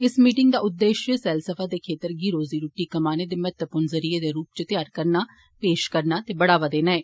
इस मीटिंग दा उद्देश्य सैलसफा दे क्षेत्र गी रोजी रूट्टी कमाने दे महत्वपूर्ण जरिए दे रूपै च त्यार करना पेश करना ते बढ़ावा देना ऐ